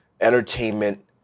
entertainment